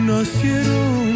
Nacieron